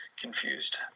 confused